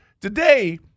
today